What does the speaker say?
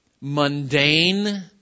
mundane